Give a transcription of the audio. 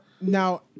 now